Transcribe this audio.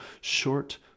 short